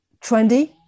trendy